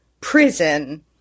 prison